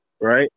right